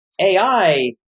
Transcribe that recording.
AI